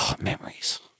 memories